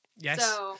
Yes